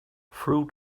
fruit